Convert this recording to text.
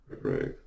Right